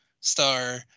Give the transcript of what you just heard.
star